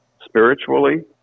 spiritually